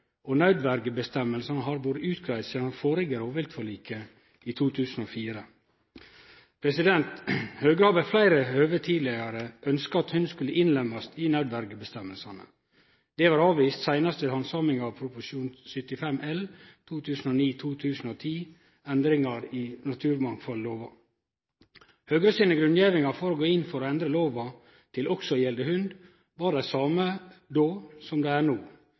i 2004. Høgre har ved fleire høve tidlegare ønskt at hund skulle innlemmast i nødverjeføresegnene. Det blei avvist seinast ved handsaminga av Prop. 75 L for 2009–2010 om endringar i naturmangfaldlova. Høgre sine grunngjevingar for å gå inn for å endre lova til også å gjelde hund var dei same då som no. Det primære målet med nødverje er